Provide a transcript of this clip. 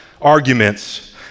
arguments